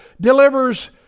delivers